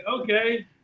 Okay